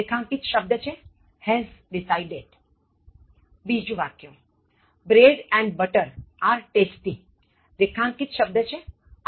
રેખાંકિત શબ્દ છે has decided બીજું વાક્ય Bread and butter are tasty રેખાંકિત શબ્દ છે are